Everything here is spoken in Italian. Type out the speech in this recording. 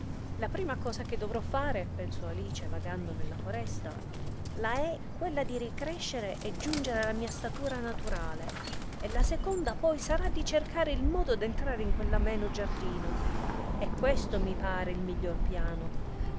la prima cosa che dovrò fare pensò alice vagando nella foresta la è quella di ricrescere e giungere alla mia statura naturale e la seconda poi sarà di cercare il modo d'entrare in quell'ameno giardino è questo mi pare il miglior piano